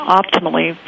optimally